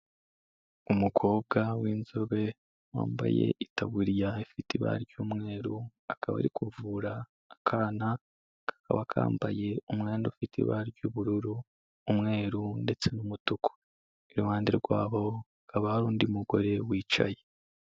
Umukobwa w'inzobe wambaye itaburiya ifite ibara ry'umweru, akaba ari kuvura akana kakaba kambaye umwenda ufite ibara ry'ubururu, umweru ndetse n'umutuku, iruhande rwabo hakaba hari undi mugore wicaye.